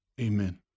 Amen